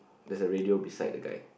there's a radio beside the guy